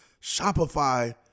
Shopify